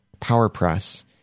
powerpress